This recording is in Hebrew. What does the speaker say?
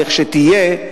כשתהיה.